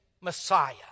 Messiah